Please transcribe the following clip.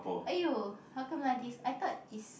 !aiyo! how come like this I thought is